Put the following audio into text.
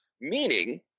meaning